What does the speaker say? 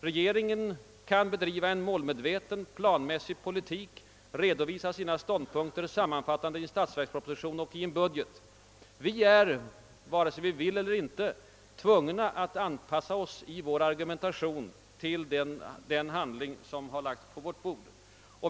Regeringen kan bedriva en målmedveten planmässig politik, redovisa sina ståndpunkter sammanfattade i statsverksproposition och budget. Vi är vare sig vi vill eller inte tvungna att anpassa oss i argumentation och hand lande till den handling som har lagts på vårt bord.